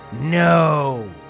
No